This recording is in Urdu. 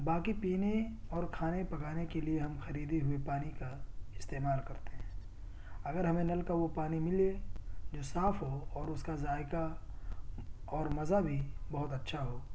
باقی پینے اور کھانے پکانے کے لیے ہم خریدے ہوئے پانی کا استعمال کرتے ہیں اگر ہمیں نل کا وہ پانی ملے جو صاف ہو اور اس کا ذائقہ اور مزا بھی بہت اچھا ہو